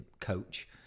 coach